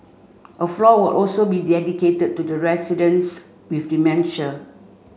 a floor will also be dedicated to the residents with dementia